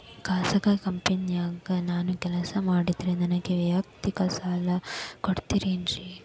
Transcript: ಖಾಸಗಿ ಕಂಪನ್ಯಾಗ ನಾನು ಕೆಲಸ ಮಾಡ್ತೇನ್ರಿ, ನನಗ ವೈಯಕ್ತಿಕ ಸಾಲ ಕೊಡ್ತೇರೇನ್ರಿ?